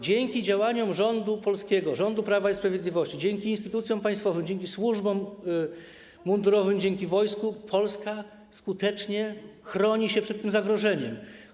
Dzięki działaniom polskiego rządu, rządu Prawa i Sprawiedliwości, dzięki instytucjom państwowym, dzięki służbom mundurowym, dzięki wojsku Polska skutecznie chroni się przed tym zagrożeniem.